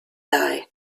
die